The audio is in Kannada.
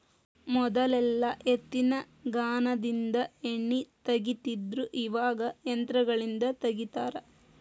ಮೊದಲೆಲ್ಲಾ ಎತ್ತಿನಗಾನದಿಂದ ಎಣ್ಣಿ ತಗಿತಿದ್ರು ಇವಾಗ ಯಂತ್ರಗಳಿಂದ ತಗಿತಾರ